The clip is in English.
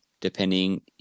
depending